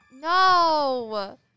no